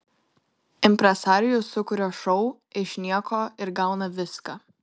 impresarijus sukuria šou iš nieko ir gauna viską